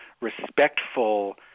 respectful